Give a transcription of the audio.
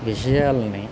విషయాాలని